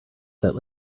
that